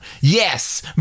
Yes